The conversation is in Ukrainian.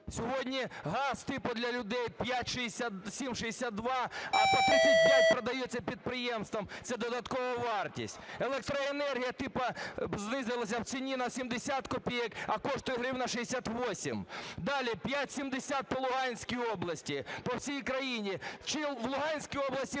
Сьогодні газ типу для людей 7,62, а по 35 продається підприємствам, це додаткова вартість. Електроенергія типу знизилася в ціні на 70 копійок, а коштує 1 гривня 68. Далі, 5,70 по Луганській області, по всій країні. Чи в Луганській області